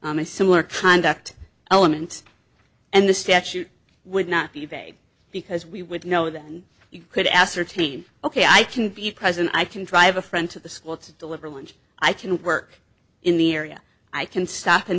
similar conduct element and the statute would not be vague because we would know then you could ascertain ok i can be present i can drive a friend to the school to deliver lunch i can work in the area i can stop in